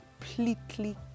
completely